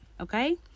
Okay